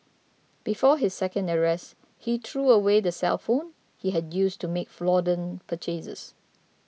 before his second arrest he threw away the cellphone he had used to make fraudulent purchases